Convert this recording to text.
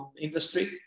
industry